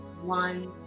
one